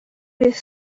with